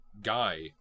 guy